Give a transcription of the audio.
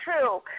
true